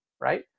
right